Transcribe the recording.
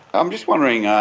i'm just wondering,